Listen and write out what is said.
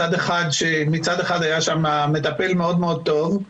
מצד אחד היה שם מטפל מאוד מאוד טוב,